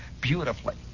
beautifully